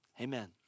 Amen